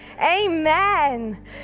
Amen